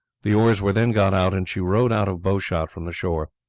the oars were then got out and she rowed out of bow-shot from the shore.